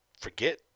forget